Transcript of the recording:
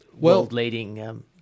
world-leading